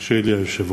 ירשה לי היושב-ראש.